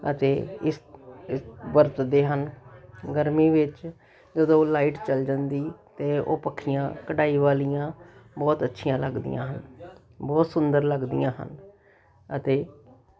ਅਤੇ ਇਸ ਵਰਤਦੇ ਹਨ ਗਰਮੀ ਵਿੱਚ ਜਦੋਂ ਲਾਈਟ ਚਲ ਜਾਂਦੀ ਅਤੇ ਉਹ ਪੱਖੀਆਂ ਕਢਾਈ ਵਾਲੀਆਂ ਬਹੁਤ ਅੱਛੀਆਂ ਲੱਗਦੀਆਂ ਹਨ ਬਹੁਤ ਸੁੰਦਰ ਲੱਗਦੀਆਂ ਹਨ ਅਤੇ